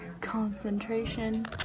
concentration